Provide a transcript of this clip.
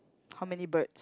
how many birds